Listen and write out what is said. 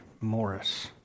Morris